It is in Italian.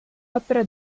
opera